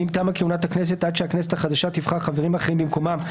ואם תמה כהונת הכנסת עד שהכנסת החדשה תבחר חברים אחרים במקומם,